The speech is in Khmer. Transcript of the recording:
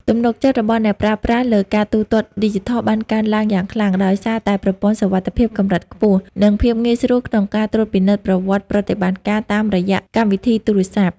ទំនុកចិត្តរបស់អ្នកប្រើប្រាស់លើការទូទាត់ឌីជីថលបានកើនឡើងយ៉ាងខ្លាំង ដោយសារតែប្រព័ន្ធសុវត្ថិភាពកម្រិតខ្ពស់ និងភាពងាយស្រួលក្នុងការត្រួតពិនិត្យប្រវត្តិប្រតិបត្តិការតាមរយៈកម្មវិធីទូរស័ព្ទ។